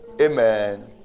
Amen